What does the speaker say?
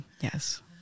Yes